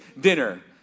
dinner